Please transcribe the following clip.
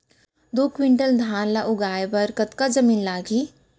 दो क्विंटल धान ला उगाए बर कतका जमीन लागही?